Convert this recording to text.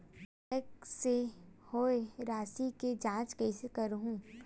Cheque से होए राशि के जांच कइसे करहु?